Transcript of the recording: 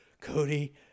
Cody